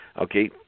okay